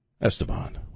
Esteban